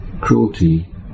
cruelty